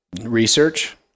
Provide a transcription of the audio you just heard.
research